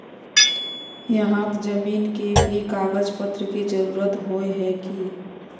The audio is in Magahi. यहात जमीन के भी कागज पत्र की जरूरत होय है की?